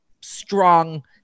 strong